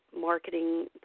marketing